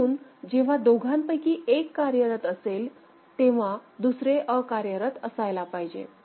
म्हणून जेव्हा दोघांपैकी एक कार्यरत असेल तर दुसरे अकार्यरत असायला पाहिजे